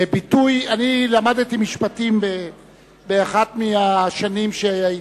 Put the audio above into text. למדתי משפטים באחת מהשנים שהייתי,